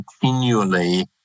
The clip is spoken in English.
continually